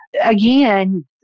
Again